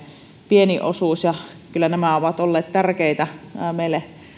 pieni osuus kyllä nämä ovat olleet tietysti tärkeitä meille